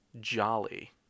jolly